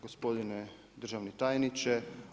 Gospodine državni tajniče.